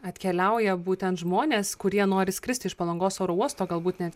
atkeliauja būtent žmonės kurie nori skristi iš palangos oro uosto galbūt net